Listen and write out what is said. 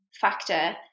factor